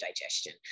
digestion